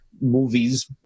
movies